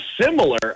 similar